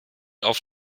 auf